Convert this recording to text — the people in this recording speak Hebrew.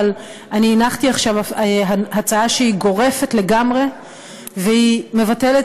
אבל אני הנחתי עכשיו הצעה שהיא גורפת לגמרי והיא מבטלת